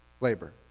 labor